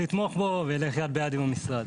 ימשיך לתמוך בו וילך יד ביד עם המשרד.